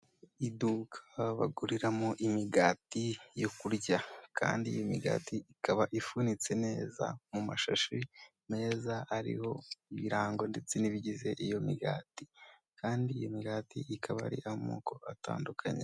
Iduka baguriramo imigati yo kurya kandi iyi migati ikaba ifunitse neza mu mashashi meza ariho ibirango ndetse n'ibigize iyo migati kandi iyi migati ikaba ari amoko atandukanye.